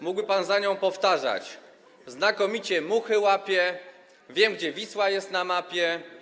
Mógłby pan za nią powtarzać: znakomicie muchy łapię, wiem, gdzie Wisła jest na mapie.